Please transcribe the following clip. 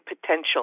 potential